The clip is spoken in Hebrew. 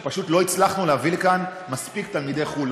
כשפשוט לא הצלחנו להביא לכאן מספיק תלמידי חו"ל,